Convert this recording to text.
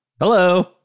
Hello